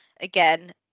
again